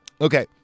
Okay